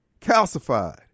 calcified